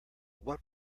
what